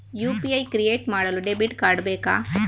UPI create ಮಾಡಲು debit card ಬೇಕಾ?